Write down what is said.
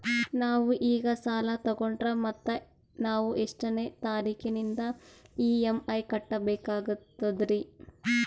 ನಾವು ಈಗ ಸಾಲ ತೊಗೊಂಡ್ರ ಮತ್ತ ನಾವು ಎಷ್ಟನೆ ತಾರೀಖಿಲಿಂದ ಇ.ಎಂ.ಐ ಕಟ್ಬಕಾಗ್ತದ್ರೀ?